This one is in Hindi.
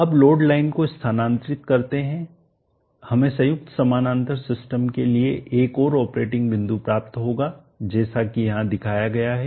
अब लोड लाइन को स्थानांतरित करते है हमें संयुक्त समानांतर सिस्टम के लिए एक और ऑपरेटिंग बिंदु प्राप्त होगा जैसा कि यहां दिखाया गया है